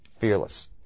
Fearless